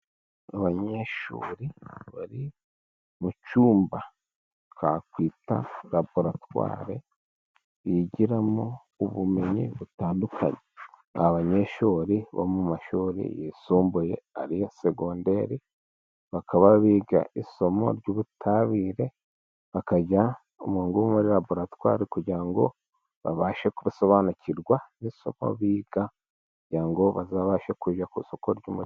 Abanyeshuri bari mu cyumba twakwita raboratwari, bigiramo ubumenyi butandukanye. Abanyeshuri bo mu mashuri yisumbuye, ariyo segonderi bakaba biga isomo ry'ubutabire, bakajya umu ngumu muri raboratwari, kugira ngo babashe gusobanukirwa, kugira ngo bazabashe kujya ku isoko ry'umurimo.